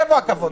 איפה הכבוד?